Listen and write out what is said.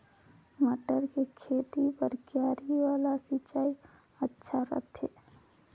मटर के खेती बर क्यारी वाला सिंचाई अच्छा रथे?